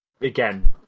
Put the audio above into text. again